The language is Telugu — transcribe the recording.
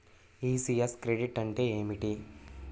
ఈ.సి.యస్ క్రెడిట్ అంటే ఏమిటి?